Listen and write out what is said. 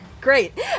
Great